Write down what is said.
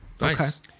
Nice